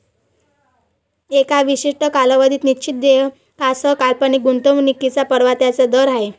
एका विशिष्ट कालावधीत निश्चित देयकासह काल्पनिक गुंतवणूकीच्या परताव्याचा दर आहे